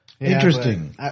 Interesting